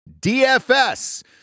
DFS